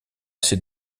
assez